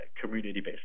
community-based